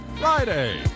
Friday